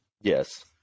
Yes